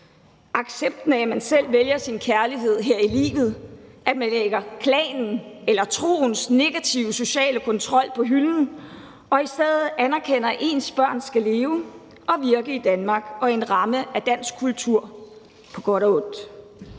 accepten af, at man selv vælger sin kærlighed her i livet; det, at man lægger klanens eller troens negative sociale kontrol på hylden og i stedet anerkender, at ens børn skal leve og virke i Danmark og i en ramme af dansk kultur på godt og ondt;